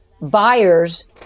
buyers